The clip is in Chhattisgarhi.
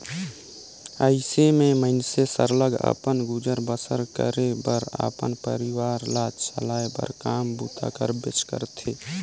अइसे में मइनसे सरलग अपन गुजर बसर करे बर अपन परिवार ल चलाए बर काम बूता करबे करथे